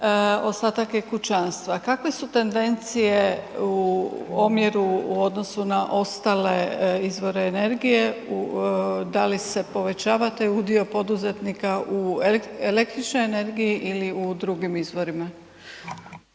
ostatak je kućanstvo. Kakve su tendencije u omjeru u odnosu na ostale izvore energije, da li se povećava taj udio poduzetnika u električnoj energiji ili u drugim izvorima?